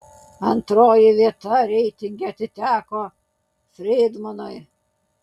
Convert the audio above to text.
antroji vieta reitinge atiteko frydmanui